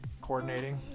Coordinating